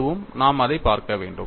அதுவும் நாம் அதைப் பார்க்க வேண்டும்